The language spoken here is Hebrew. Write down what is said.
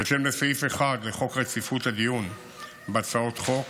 בהתאם לסעיף 1 לחוק רציפות הדיון בהצעות חוק,